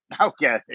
Okay